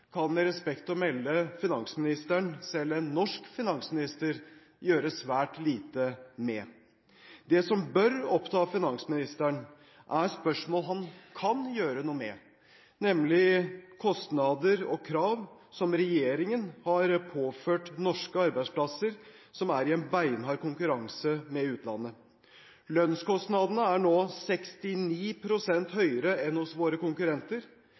kan, med respekt å melde, finansministeren – selv en norsk finansminister – gjøre svært lite med. Det som bør oppta finansministeren, er spørsmål han kan gjøre noe med, nemlig kostnader og krav regjeringen har påført norske arbeidsplasser, som er i en beinhard konkurranse med utlandet. Lønnskostnadene er nå 69 pst. høyere enn hos våre konkurrenter,